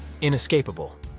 inescapable